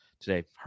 today